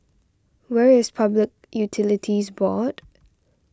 where is Public Utilities Board